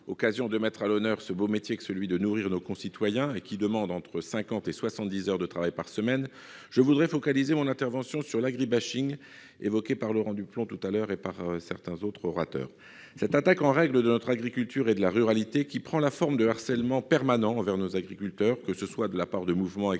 occasion de mettre à l'honneur ce beau métier que celui de nourrir nos concitoyens et qui demande cinquante à soixante-dix heures de travail par semaine, je voudrais focaliser mon intervention sur l'agribashing, évoqué par Laurent Duplomb et certains de nos collègues. Cette attaque en règle de notre agriculture et de la ruralité prend la forme de harcèlements permanents envers nos agriculteurs, que ce soit de la part de mouvements extrémistes